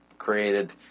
Created